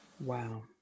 Wow